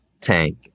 tank